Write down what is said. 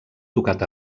tocat